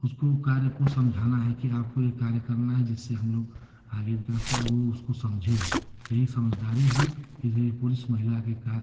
उसको कार्य को समझाना है कि आपको ये कार्य करना है जिससे हमलोग आगे विकास अ वो उसको समझे यही समझदारी ही किसी भी पुरुष महिला की का